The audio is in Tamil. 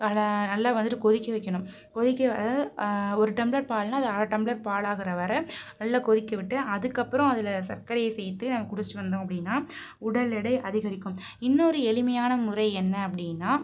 அதை நல்லா வந்துட்டு கொதிக்க வைக்கணும் கொதிக்க அதாவது ஒரு டம்ப்ளர் பால்னால் அதை அரை டம்ப்ளர் பாலாகிற வரை நல்லா கொதிக்க விட்டு அதுக்கு அப்புறம் அதில் சர்க்கரையை சேர்த்து நம்ம குடித்து வந்தோம் அப்படின்னா உடல் எடை அதிகரிக்கும் இன்னொரு எளிமையான முறை என்ன அப்படின்னா